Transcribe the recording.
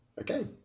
Okay